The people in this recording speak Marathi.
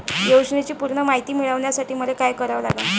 योजनेची पूर्ण मायती मिळवासाठी मले का करावं लागन?